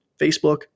facebook